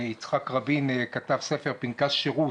יצחק רבין כתב ספר "פנקס שירות",